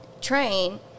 train